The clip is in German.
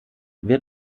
wird